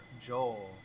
Joel